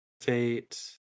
Fate